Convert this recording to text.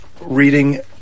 reading